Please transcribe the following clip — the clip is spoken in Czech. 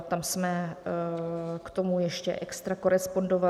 Tam jsme k tomu ještě extra korespondovali.